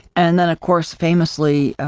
and then, of course, famously,